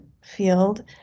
field